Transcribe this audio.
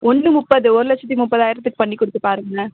ஒன்று முப்பது ஒரு லட்சத்து முப்பதாயிரத்துக்கு பண்ணிக்கொடுத்து பாருங்களேன்